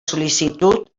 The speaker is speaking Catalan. sol·licitud